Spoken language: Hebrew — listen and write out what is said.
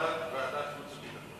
אני חושב שגם התשובה היתה ארוכה מדי.